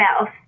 else